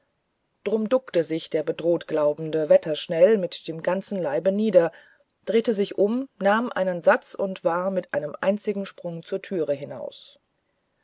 drum duckte sich der bedrohtglaubende wetterschnell mit dem ganzen leibe nieder drehte sich um nahm einen satz und war mit einem einzigen sprunge zur tür hinaus